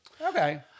okay